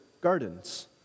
gardens